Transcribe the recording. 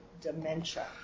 dementia